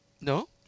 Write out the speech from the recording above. No